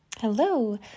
Hello